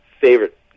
favorite